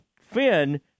Finn